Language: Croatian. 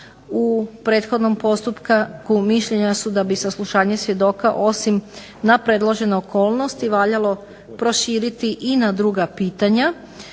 U prethodnom postupku mišljenja su da bi saslušanje svjedoka osim na predložene okolnosti valjalo proširiti i na druga pitanja.